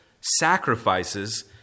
sacrifices